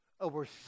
over